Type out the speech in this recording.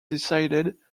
decided